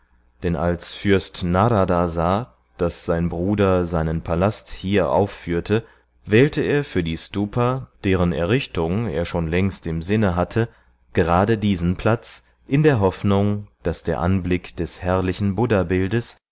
denn als fürst narada sah daß sein bruder seinen palast hier aufführte wählte er für die stupa deren errichtung er schon längst im sinne hatte gerade diesen platz in der hoffnung daß der anblick dieses herrlichen